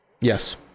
Yes